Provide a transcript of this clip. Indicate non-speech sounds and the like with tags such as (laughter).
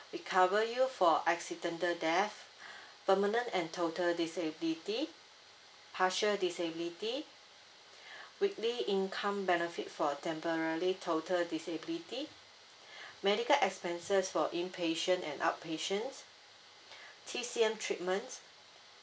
we cover you for accidental death (breath) permanent and total disability partial disability (breath) weekly income benefit for temporary total disability (breath) medical expenses for inpatient and outpatient (breath) T_C_M treatments